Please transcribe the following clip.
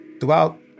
throughout